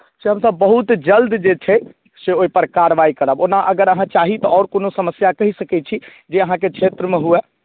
से हमसभ बहुत जल्द जे छै से ओहिपर कार्रवाही करब ओना अगर अहाँ चाही तऽ आओर कोनो समस्या कहि सकैत छी जे अहाँके क्षेत्रमे हुअए